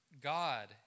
God